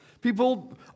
People